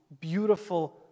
beautiful